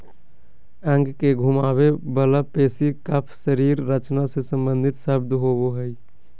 अंग के घुमावे वला पेशी कफ शरीर रचना से सम्बंधित शब्द होबो हइ